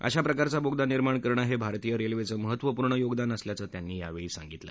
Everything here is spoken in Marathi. अशाप्रकारचा बोगदा निर्माण करणं हस्त्रारतीय रस्तिष्टमहत्वपूर्ण योगदान असल्याचं त्यांनी यावळी सांगितलं